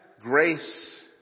grace